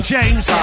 James